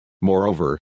Moreover